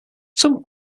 some